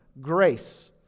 grace